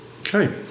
Okay